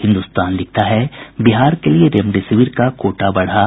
हिन्दुस्तान लिखता है बिहार के लिए रेमडेसिविर का कोटा बढ़ा